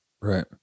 Right